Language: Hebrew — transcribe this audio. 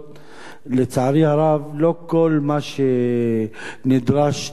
לצערי הרב לא כל מה שנדרש נתקבל.